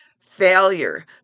failure